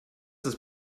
ist